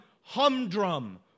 humdrum